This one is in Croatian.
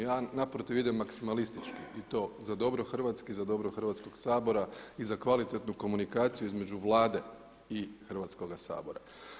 Ja naprotiv idem maksimalistički i to za dobro Hrvatske i za dobro Hrvatskog sabora i za kvalitetnu komunikaciju između Vlade i Hrvatskoga sabora.